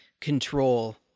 control